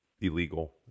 illegal